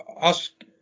ask